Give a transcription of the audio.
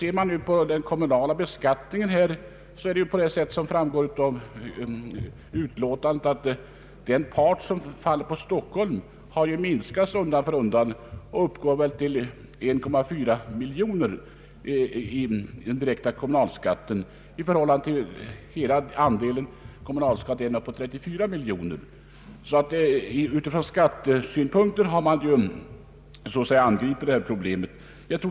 Den part av den kommunala beskattningen som faller på Stockholm har, som framgår av <utskottsutlåtandet, minskat undan för undan och uppgår till cirka 1,4 miljoner av en sammanlagd kommunalskatt på 34 miljoner kronor. Ur skattesynpunkt har man alltså angripit detta problem.